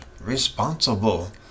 responsible